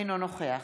אינו נוכח